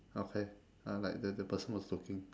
okay uh like the the person was looking